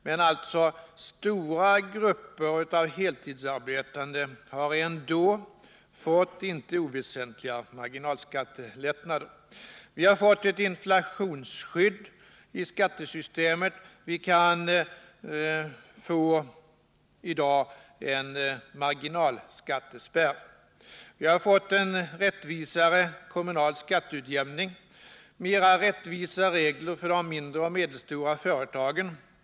Men stora grupper av heltidsarbetande har som sagt ändå fått inte oväsentliga marginalskattelättnader. Vi har fått ett inflationsskydd i skattesystemet. Vi kan i dag 'å en marginalskattespärr. Vi har fått en rättvisare kommunal skatteutjämning och rättvisare regler för de mindre och medelstora företagen.